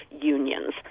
unions